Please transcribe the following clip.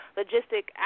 logistic